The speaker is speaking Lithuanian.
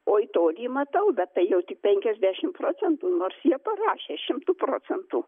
o į tolį matau bet tai jau tik penkiasdešim procentų nors jie parašė šimtu procentų